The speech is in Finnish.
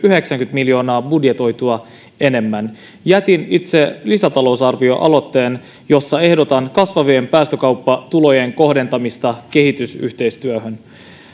miljoonaa budjetoitua enemmän jätin itse lisätalousarvioaloitteen jossa ehdotan kasvavien päästökauppatulojen kohdentamista kehitysyhteistyöhön